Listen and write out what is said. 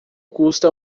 custa